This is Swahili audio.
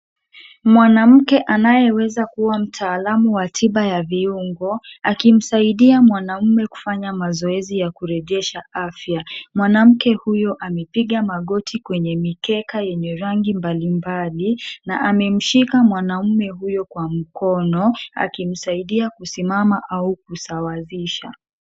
Mwanamke anayeweza kuwa mtaalamu wa tiba ya viungo akimsaidia mwanaume kufanya mazoezi ya kurejesha afya. Mwanamke huyo amepiga magoti kwenye mikeka yenye rangi mbalimbali na amemshika mwanaume huyo kwa mkono akimsaidia kusimama au kusawazisha.